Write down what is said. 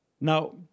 Now